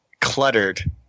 cluttered